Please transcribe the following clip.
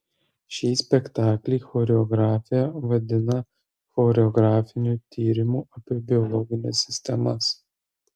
šį spektaklį choreografė vadina choreografiniu tyrimu apie biologines sistemas